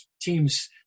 teams –